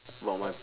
about my